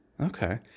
Okay